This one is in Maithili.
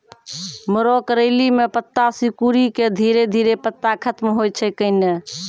मरो करैली म पत्ता सिकुड़ी के धीरे धीरे पत्ता खत्म होय छै कैनै?